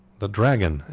the dragon,